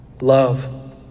Love